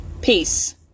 Peace